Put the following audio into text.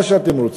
מה שאתם רוצים.